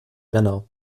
renner